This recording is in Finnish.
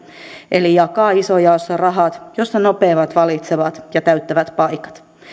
eli jakaa isojaossa rahat jossa nopeimmat valitsevat ja täyttävät paikat